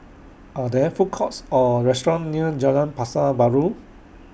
Are There Food Courts Or restaurants near Jalan Pasar Baru